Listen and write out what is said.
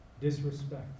Disrespect